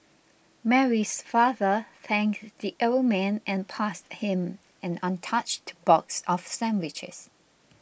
Mary's father thanks the old man and passed him an untouched box of sandwiches